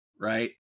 Right